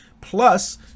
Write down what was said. Plus